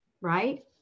right